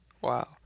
Wow